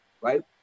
right